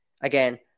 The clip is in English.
Again